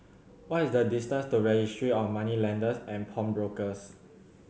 what is the distance to Registry of Moneylenders and Pawnbrokers